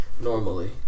Normally